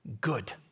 good